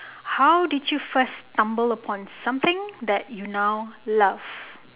how did you first stumble upon something that you now love